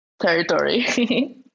territory